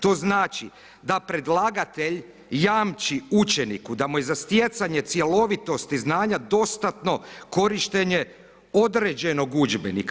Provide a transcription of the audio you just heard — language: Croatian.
To znači da predlagatelj jamči učeniku da mu je za stjecanje cjelovitosti znanja dostatno korištenje određenog udžbenika.